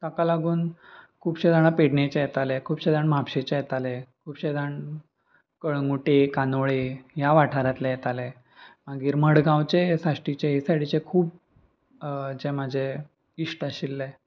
ताका लागून खुबशे जाणां पेडणेचे येताले खुबशे जाण म्हापशेचे येताले खुबशे जाण कळंगुट कांदोळें ह्या वाठारांतले येताले मागीर मडगांवचे साश्टीचे ह सायडीचे खूब जे म्हजें इश्ट आशिल्ले